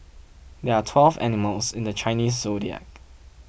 there are twelve animals in the Chinese zodiac